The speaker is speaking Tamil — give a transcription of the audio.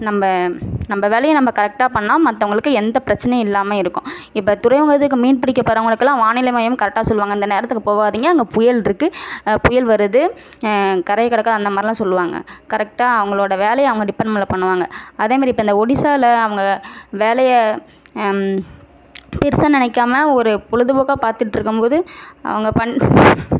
நம்ப நம்ப வேலையை நம்ப கரக்ட்டாக பண்ணால் மற்றவங்களுக்கு எந்த பிரச்சனையும் இல்லாமல் இருக்கும் இப்போ துறைமுகத்து மீன் பிடிக்க போகிறவங்களுக்குலாம் வானிலை மையம் கரக்ட்டாக சொல்வாங்க அந்த நேரத்துக்கு போகாதிங்க அங்கே புயலிருக்கு புயல் வருது கரையை கடக்க அந்த மாதிரிலா சொல்லுவாங்க கரக்ட்டாக அவங்களோட வேலையை அவங்க டிபார்ட்மண்ட்டில் பண்ணுவாங்க அதே மாதிரி இப்போ இந்த ஒடிஸாவில் அவங்க வேலையை பெருசாக நினைக்காம ஒரு பொழுதுபோக்காக பார்த்துட்ருக்கம்போது அவங்க பண்